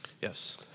Yes